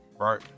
Right